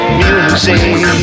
music